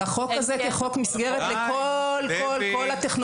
אבל החוק הזה כחוק מסגרת לכל הטכנולוגיות,